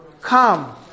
come